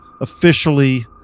officially